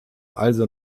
also